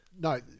No